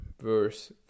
verse